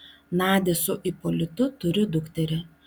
nadia su ipolitu turi dukterį